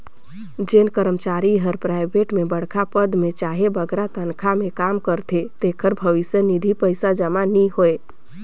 जेन करमचारी हर पराइबेट में बड़खा पद में चहे बगरा तनखा में काम करथे तेकर भविस निधि पइसा जमा नी होए